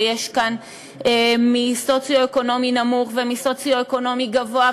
ויש כאן ממצב סוציו-אקונומי נמוך ומסוציו-אקונומי גבוה,